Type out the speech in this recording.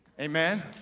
Amen